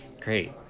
Great